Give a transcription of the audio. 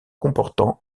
comportant